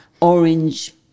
orange